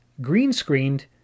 green-screened